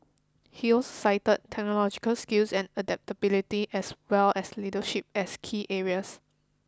he also cited technological skills and adaptability as well as leadership as key areas